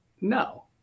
No